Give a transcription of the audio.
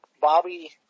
Bobby